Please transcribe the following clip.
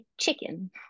chicken